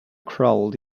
crawled